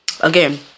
again